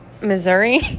Missouri